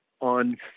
on